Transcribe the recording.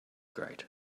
great